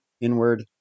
inward